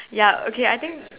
ya okay I think